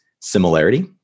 similarity